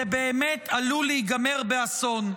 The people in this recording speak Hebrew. זה באמת עלול להיגמר באסון.